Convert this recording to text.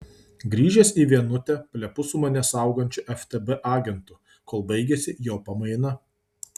grįžęs į vienutę plepu su mane saugančiu ftb agentu kol baigiasi jo pamaina